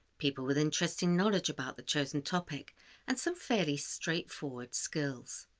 people with interesting knowledge about the chosen topic and some fairly straightforward skills.